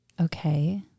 Okay